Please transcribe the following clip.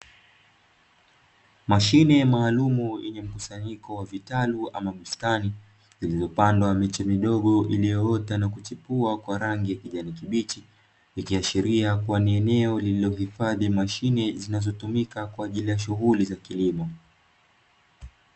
Mashine maalumu yenye mkusanyiko wa vitalu ama bustani iliyopandwa miche midogo iliyoota na kuchipua kwa rangi ya kijani kibichi, ikiashiria kuwa ni eneo lililohifadhi mashine zinatumika kwa ajili ya shughuli za kilimo.